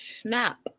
snap